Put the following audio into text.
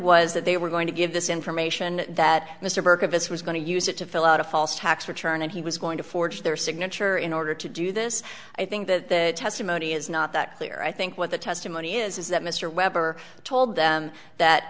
was that they were going to give this information that mr burke of us was going to use it to fill out a false tax return and he was going to forge their signature in order to do this i think that testimony is not that clear i think what the testimony is is that mr weber told them that